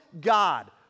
God